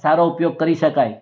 સારો ઉપયોગ કરી શકાય